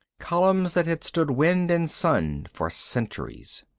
columns that had stood wind and sun for centuries.